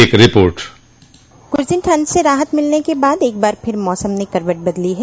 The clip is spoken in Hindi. एक रिपोर्ट कुछ दिन ठंड से राहत मिलने के बाद एक बार फिर मौसम ने करवट बदल ली है